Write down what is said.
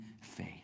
faith